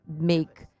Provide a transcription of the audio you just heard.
make